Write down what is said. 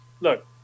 look